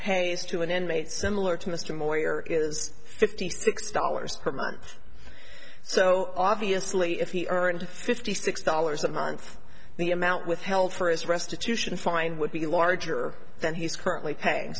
pays to an end mate similar to mr moyer is fifty six dollars per month so obviously if he earned fifty six dollars a month the amount withheld for his restitution fine would be larger than he's currently paying